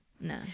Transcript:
no